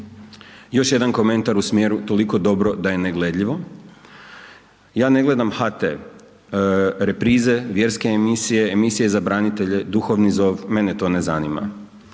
Još jedan komentar toliko dobro da je ne gledljivo. Ja ne gledam HT, reprize, vjerske emisije, emisije za branitelje, duhovni zov, mene to ne zanima.